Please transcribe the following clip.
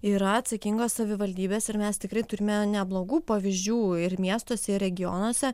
yra atsakingos savivaldybės ir mes tikrai turime neblogų pavyzdžių ir miestuose ir regionuose